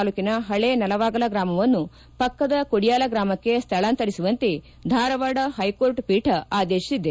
ತಾಲ್ಲೂಕಿನ ಪಳೇ ನಲವಾಗಲ ಗ್ರಾಮವನ್ನು ಪಕ್ಕದ ಕೊಡಿಯಾಲ ಗ್ರಾಮಕ್ಕೆ ಸ್ವಳಾಂತರಿಸುವಂತೆ ಧಾರವಾಡ ಪೈಕೋರ್ಟ್ ಪೀಠ ಆದೇಶಿಸಿದೆ